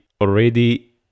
already